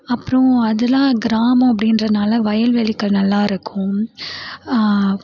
அப்றம் அதெலாம் கிராமம் அப்படின்றதுனால வயல் வெளிகள் நல்லா இருக்கும்